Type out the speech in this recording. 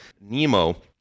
Nemo